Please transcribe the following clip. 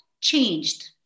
changed